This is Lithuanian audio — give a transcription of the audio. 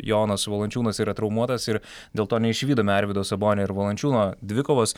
jonas valančiūnas yra traumuotas ir dėl to neišvydome arvydo sabonio ir valančiūno dvikovos